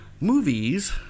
movies